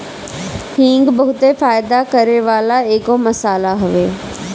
हिंग बहुते फायदा करेवाला एगो मसाला हवे